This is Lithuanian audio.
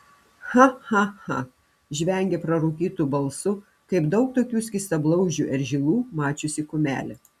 cha cha cha žvengia prarūkytu balsu kaip daug tokių skystablauzdžių eržilų mačiusi kumelė